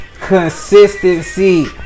Consistency